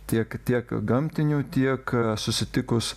tiek tiek gamtinių tiek susitikus